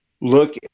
look